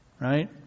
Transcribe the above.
Right